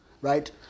right